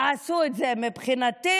תעשו את זה, מבחינתי.